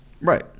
Right